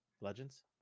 legends